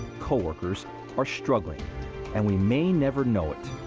coworkers are struggling and we may never know it.